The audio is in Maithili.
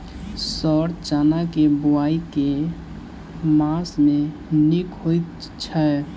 सर चना केँ बोवाई केँ मास मे नीक होइ छैय?